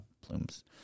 plumes